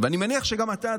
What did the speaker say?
ואני מניח שגם אתה,